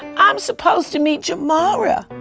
i'm supposed to meet jamara.